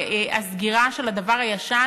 והסגירה של הדבר הישן,